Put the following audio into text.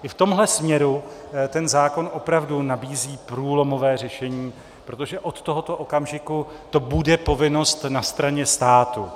I v tomhle směru zákon opravdu nabízí průlomové řešení, protože od tohoto okamžiku to bude povinnost na straně státu.